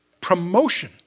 promotion